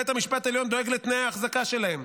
בית המשפט העליון דואג לתנאי האחזקה שלהם.